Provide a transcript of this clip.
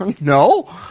No